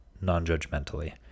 non-judgmentally